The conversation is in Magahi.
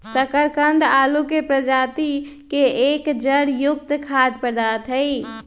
शकरकंद आलू के प्रजाति के एक जड़ युक्त खाद्य पदार्थ हई